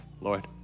Lord